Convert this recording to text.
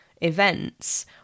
events